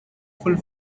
full